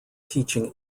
teaching